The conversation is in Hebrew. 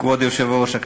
כבוד היושב-ראש,